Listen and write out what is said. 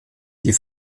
die